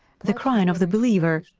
the crying of the believer.